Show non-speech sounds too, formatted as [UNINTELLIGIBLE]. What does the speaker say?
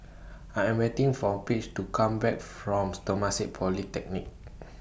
I Am waiting For Paige to Come Back from [UNINTELLIGIBLE] Temasek Polytechnic